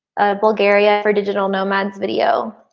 bulgaria for digital nomads video,